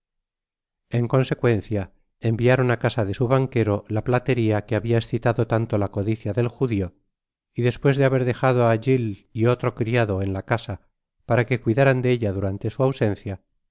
en consecuencia enviaron á casa su banquero la plateria que habia excitado tanto la codicia del judio y despues de haber dejado á giles y otro criado en la casa para que cuidáran de ella durante su ausencia